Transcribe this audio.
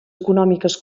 econòmiques